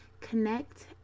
connect